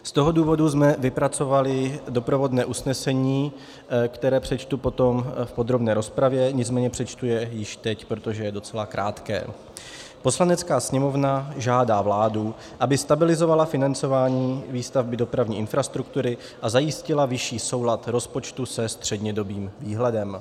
Z toho důvodu jsme vypracovali doprovodné usnesení, které přečtu potom v podrobné rozpravě, nicméně přečtu je již teď, protože je docela krátké: Poslanecká sněmovna žádá vládu, aby stabilizovala financování výstavby dopravní infrastruktury a zajistila vyšší soulad rozpočtu se střednědobým výhledem.